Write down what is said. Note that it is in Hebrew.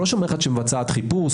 היא לא מבצעת חיפוש.